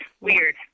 weird